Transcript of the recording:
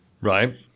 right